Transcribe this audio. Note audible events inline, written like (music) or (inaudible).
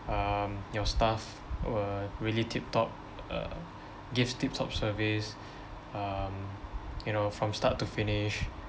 um your staff were really tiptop uh give tiptop service (breath) um you know from start to finish